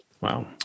Wow